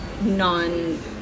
non